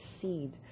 seed